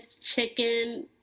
chicken